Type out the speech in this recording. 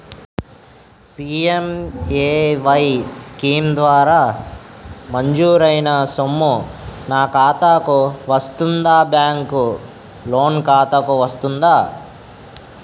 PMAY scheme ద్వారా మంజూరైన సొమ్ము నా ఖాతా కు వస్తుందాబ్యాంకు లోన్ ఖాతాకు వస్తుందా?